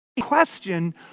question